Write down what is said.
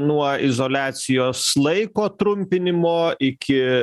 nuo izoliacijos laiko trumpinimo iki